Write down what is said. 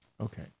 Okay